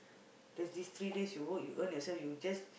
there's these three days you work you earn yourself you just